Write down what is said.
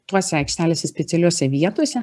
tose aikštelėse specialiose vietose